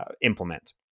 implement